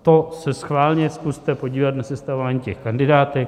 To se schválně zkuste podívat na sestavování kandidátek.